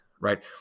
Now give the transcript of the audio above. right